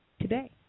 Today